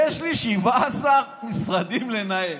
יש לי 17 משרדים לנהל.